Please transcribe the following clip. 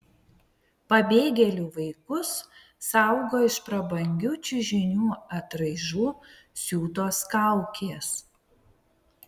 pabėgėlių vaikus saugo iš prabangių čiužinių atraižų siūtos kaukės